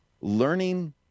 learning